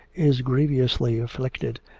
is grievously afflicted,